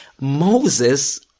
Moses